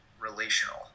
relational